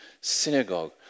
synagogue